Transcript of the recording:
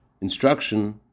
instruction